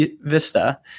Vista